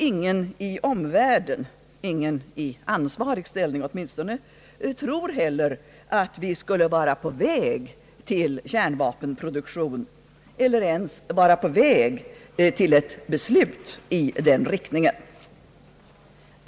Ingen i omvärlden — åtminstone ingen i ansvarig ställning — tror heller att vi skulle vara på väg till kärnvapenproduktion eller ens på väg till ett beslut i den riktningen.